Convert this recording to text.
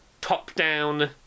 top-down